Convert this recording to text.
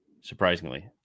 Surprisingly